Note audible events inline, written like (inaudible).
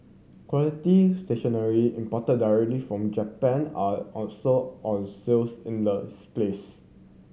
quality stationery imported directly from Japan are also on sales in the (unintelligible) place